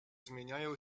zmieniają